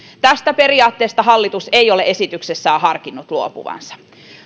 tästä periaatteesta hallitus ei ole esityksessään harkinnut luopuvansa